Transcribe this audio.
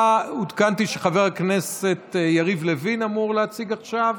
לוין אמור להציג עכשיו,